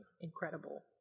incredible